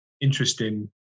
interesting